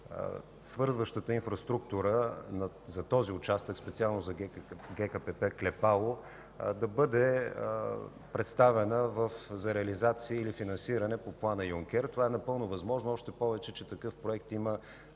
свързващата инфраструктура за този участък – специално за ГКПП „Клепало”, да бъде представено за реализация или финансиране по плана „Юнкер”. Това е напълно възможно, още повече че такъв проект има